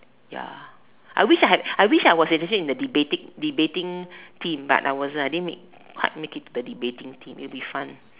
ya I wish I had I wish I was in the debate~ debating team but I wasn't I didn't make quite make it to the debating team it would have been fun